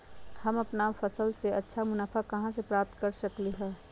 हम अपन फसल से अच्छा मुनाफा कहाँ से प्राप्त कर सकलियै ह?